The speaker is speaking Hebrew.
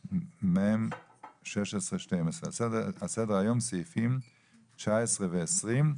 (מ/1612) על סדר היום: סעיפים 19 ו-20(ו)